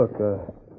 look